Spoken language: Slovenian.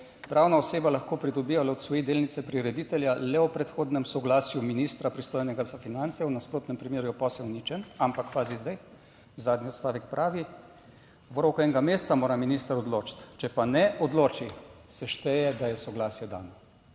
pravna oseba lahko pridobi ali odsvoji delnice prireditelja le v predhodnem soglasju ministra, pristojnega za finance, v nasprotnem primeru je posel ničen. Ampak pazi zdaj, zadnji odstavek pravi, v roku enega meseca mora minister odločiti, če pa ne odloči, se šteje, da je soglasje dano.